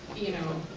you know,